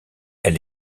elle